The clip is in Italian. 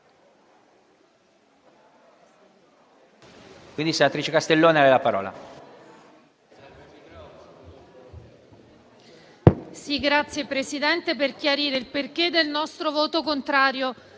Signor Presidente, vorrei chiarire il perché del nostro voto contrario